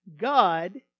God